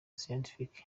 scientific